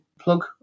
plug